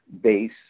base